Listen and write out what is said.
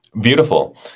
Beautiful